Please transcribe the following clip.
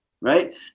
right